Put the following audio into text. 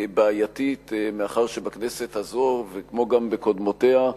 כבעייתית מאחר שבכנסת הזו, כמו גם בקודמותיה,